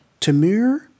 Tamir